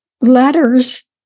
letters